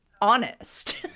Honest